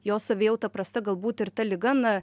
jo savijauta prasta galbūt ir ta liga na